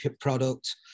product